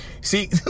See